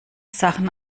sachen